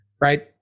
right